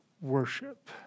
worship